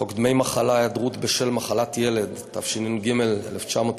חוק דמי מחלה (היעדרות בשל מחלת ילד) התשנ"ג 1993,